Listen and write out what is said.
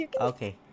Okay